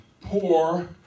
poor